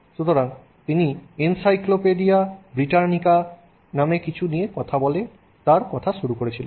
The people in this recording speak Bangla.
সুতরাং তিনি এনসাইক্লোপিডিয়া ব্রিটানিকা নামে কিছু নিয়ে কথা বলে তাঁর কথা শুরু করেছিলেন